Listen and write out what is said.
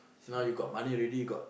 now you got money already got